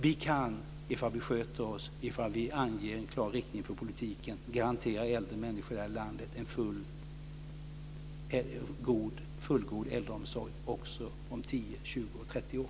Vi kan, ifall vi sköter oss och ifall vi anger en klar riktning för politiken, garantera äldre människor i det här landet en fullgod äldreomsorg också om 10, 20 och 30 år.